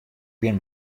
bin